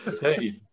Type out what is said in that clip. Hey